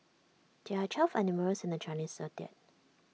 there are twelve animals in the Chinese Zodiac